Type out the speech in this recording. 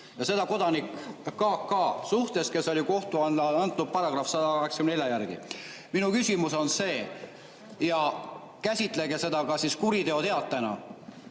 ja seda kodanik K. K. suhtes, kes oli kohtu alla antud § 184 järgi. Minu küsimus on see ja käsitlege seda ka siis kuriteoteatena.